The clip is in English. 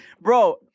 Bro